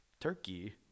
turkey